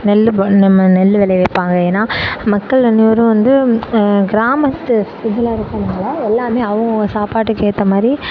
நெல் நம்ம நெல் விளைய வைப்பாங்க ஏனால் மக்கள் அனைவரும் வந்து கிராமத்து இதில் இருக்கறனால எல்லோருமே அவங்கவுங்க சாப்பாட்டுக்கு ஏற்ற மாதிரி